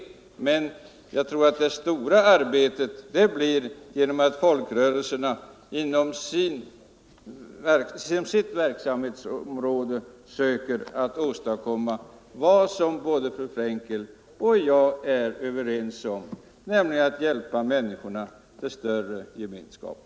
Men 13 november 1974 jag tror att det stora arbetet skall utföras genom att folkrörelserna inom sina verksamhetsområden försöker åstadkomma vad både fru Frenkel Nya former för och jag är överens om, nämligen hjälp åt människorna till större ge — personligt ansvarsmenskap.